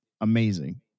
amazing